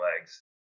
legs